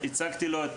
הצגתי לו את